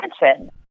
attention